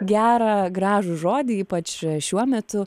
gerą gražų žodį ypač šiuo metu